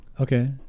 Okay